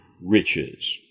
riches